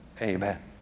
Amen